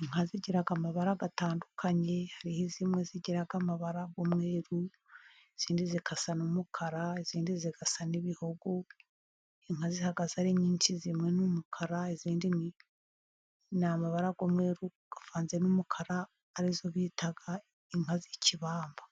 Inka zigira amabara atandukanye. Hari zimwe zigira amabara y'umweru, izindi zigasa n'umukara, izindi zigasa n'ibihogo. Inka zihagaze ari nyinshi, zimwe ni umukara, izindi ni amabara y'umweru avanze n'umukara, ari zo bita inka z'ikibamba.